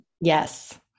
Yes